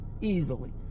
easily